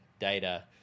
data